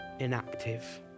inactive